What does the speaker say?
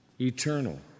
eternal